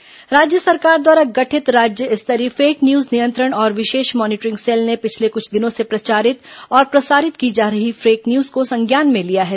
fake news चेतावनी राज्य सरकार द्वारा गठित राज्य स्तरीय फेक न्यूज नियंत्रण और विशेष मॉनिटरिंग सेल ने पिछले कुछ दिनों से प्रचारित और प्रसारित की जा रही फेक न्यूज को संज्ञान में लिया है